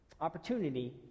opportunity